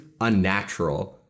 unnatural